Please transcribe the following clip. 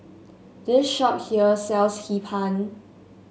this shop here sells Hee Pan